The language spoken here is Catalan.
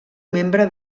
membre